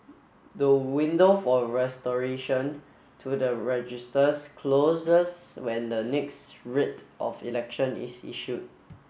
the window for restoration to the registers closes when the next writ of election is issued